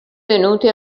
venuti